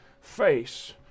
face